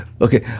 Okay